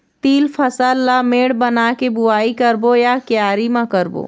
तील फसल ला मेड़ बना के बुआई करबो या क्यारी म करबो?